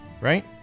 right